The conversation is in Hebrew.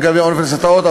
לגבי אוניברסיטאות,